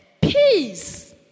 peace